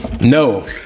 No